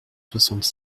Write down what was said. soixante